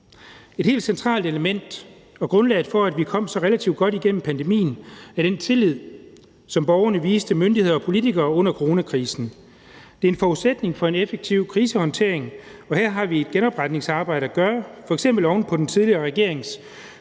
Et helt centralt element og grundlaget for, at vi kom så relativt godt igennem pandemien, er den tillid, som borgerne viste myndigheder og politikere under coronakrisen. Det er en forudsætning for en effektiv krisehåndtering, og her har vi et genopretningsarbejde at gøre, f.eks. oven på den tidligere regerings